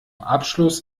abschluss